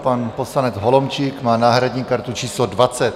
Pan poslanec Holomčík má náhradní kartu číslo 20.